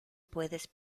puedes